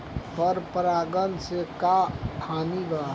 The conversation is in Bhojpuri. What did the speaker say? पर परागण से का हानि बा?